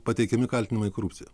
pateikiami kaltinimai korupcija